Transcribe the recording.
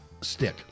stick